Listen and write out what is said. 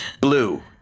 blue